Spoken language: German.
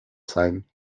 sein